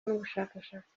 n’ubushakashatsi